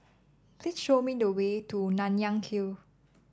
please show me the way to Nanyang Hill